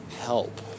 Help